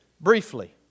briefly